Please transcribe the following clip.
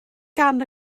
gan